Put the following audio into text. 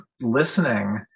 listening